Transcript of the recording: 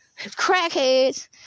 Crackheads